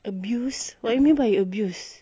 abuse what you mean by you abuse